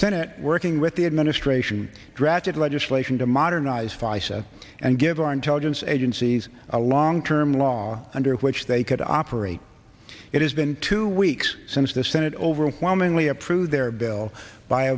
senate working with the administration drafted legislation to modernize fi set and give our intelligence agencies a longterm law under which they could operate it has been two weeks since the senate overwhelmingly approved their bill by